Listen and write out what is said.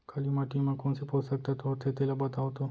काली माटी म कोन से पोसक तत्व होथे तेला बताओ तो?